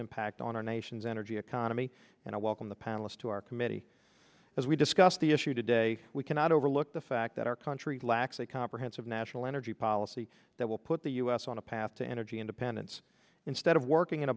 impact on our nation's energy economy and i welcome the panelist to our committee as we discuss the issue today we cannot overlook the fact that our country lacks a comprehensive national energy policy that will put the us on a path to energy independence instead of working in a